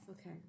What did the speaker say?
Okay